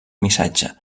missatge